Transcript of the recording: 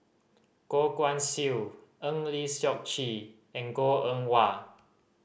Goh Guan Siew Eng Lee Seok Chee and Goh Eng Wah